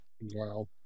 Wow